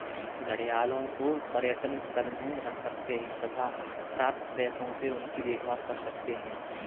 घड़ियालों को पर्यटन स्थल में रख सकते हैं तथा प्राप्त पैसों से उनकी देखभाल कर सकते है